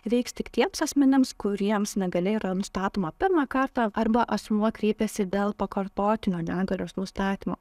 veiks tik tiems asmenims kuriems negalia yra nustatoma pirmą kartą arba asmuo kreipėsi dėl pakartotinio negalios nustatymo